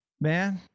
Man